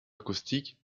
acoustique